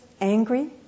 angry